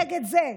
נגד זה.